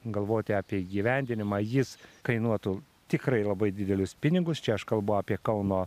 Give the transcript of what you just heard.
galvoti apie įgyvendinimą jis kainuotų tikrai labai didelius pinigus čia aš kalbu apie kauno